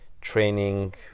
training